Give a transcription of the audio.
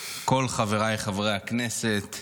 אלה אחיות של רוני אשל ונועה מרציאנו שנרצחו,